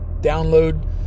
download